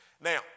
Now